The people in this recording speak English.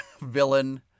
villain